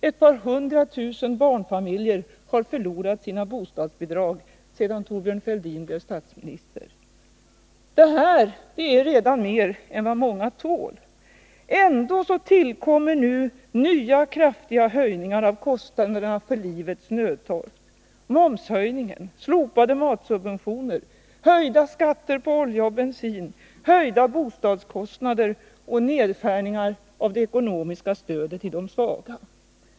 Ett par hundratusen barnfamiljer har förlorat sina bostadsbidrag sedan Thorbjörn Fälldin blev statsminister. Det här är redan mer än vad många tål. Ändå tillkommer nu nya kraftiga höjningar av kostnaderna för livets nödtorft: momshöjning, slopade matsubventioner, höjda skatter på olja och bensin, höjda bostadskostnader och nedskärningar av det ekonomiska stödet till de svaga.